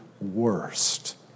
worst